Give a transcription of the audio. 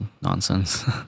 nonsense